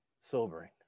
sobering